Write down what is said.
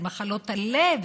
זה מחלות הלב,